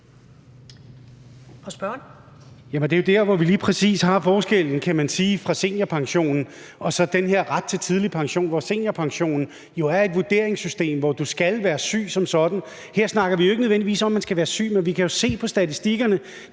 kan sige at vi lige præcis har forskellen på seniorpensionen og så den her ret til tidlig pension. Hvor seniorpension jo er et vurderingssystem, hvor du skal være syg som sådan, snakker vi jo her ikke nødvendigvis om, at man skal være syg. Men vi kan jo se på statistikkerne,